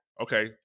okay